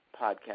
podcast